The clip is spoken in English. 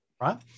Right